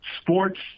Sports